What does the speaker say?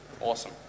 Awesome